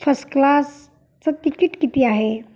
first क्लासचं तिकीट किती आहे